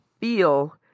feel